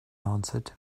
answered